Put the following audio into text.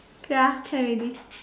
ya can already